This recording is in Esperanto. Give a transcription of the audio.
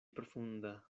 profunda